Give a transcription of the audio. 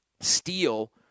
steal